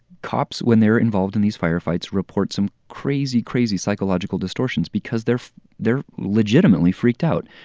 cops, when they're involved in these firefights, report some crazy, crazy psychological distortions because they're they're legitimately freaked out.